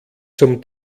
zum